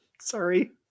Sorry